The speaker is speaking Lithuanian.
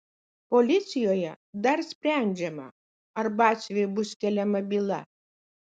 policijoje dar sprendžiama ar batsiuviui bus keliama byla